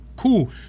Cool